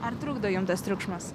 ar trukdo jum tas triukšmas